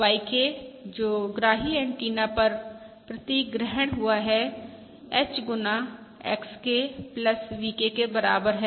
YK जो ग्राही antenna पर प्रतीक ग्रहण हुआ है H गुना XK VK के बराबर है